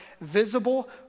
visible